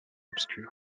obscur